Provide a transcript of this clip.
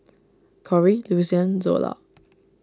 Corie Lucian Zola